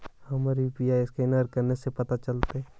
हमर यु.पी.आई के असकैनर कने से पता चलतै?